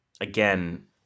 again